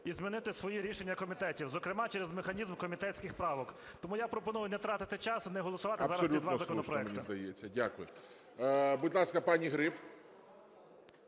і змінити своє рішення комітетів, зокрема, через механізм комітетських правок. Тому я пропоную не тратити час і не голосувати зараз ці два законопроекти. ГОЛОВУЮЧИЙ. Абсолютно слушно, мені здається. Дякую. Будь ласка, пані Гриб.